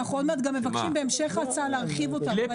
שאנחנו מבקשים בהמשך ההצעה להרחיב אותם.